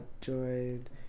joined